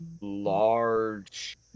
large